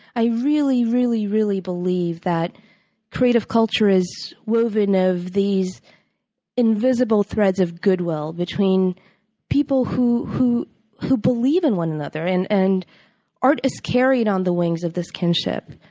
i really, really, really believe that creative culture is woven of these invisible threads of goodwill between people who who believe in one another and and art is carried on the wings of this kinship.